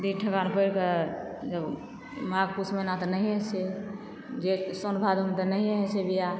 दिन ठेकान कए कऽ माघ पूस महिना तऽ नहिए छै जेठ साओन भादव मे तऽ नहिए होइ छै बियाह